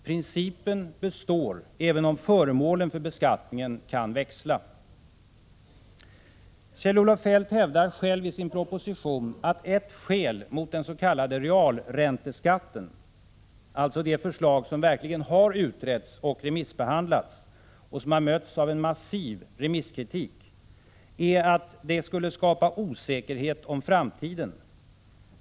Principen består även om föremålen för beskattningen kan växla. Kjell-Olof Feldt hävdar själv i sin proposition att ett skäl mot den s.k. realränteskatten, dvs. det förslag som verkligen har utretts och remissbehandlats, och som mött en massiv remisskritik, är att det skulle skapa osäkerhet om framtiden.